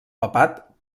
papat